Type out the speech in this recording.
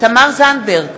תמר זנדברג,